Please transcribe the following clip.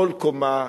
כל קומה.